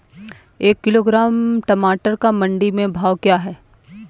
एक किलोग्राम टमाटर का मंडी में भाव क्या है?